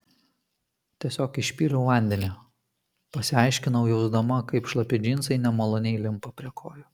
tiesiog išpyliau vandenį pasiaiškinau jausdama kaip šlapi džinsai nemaloniai limpa prie kojų